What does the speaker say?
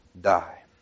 die